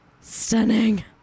Stunning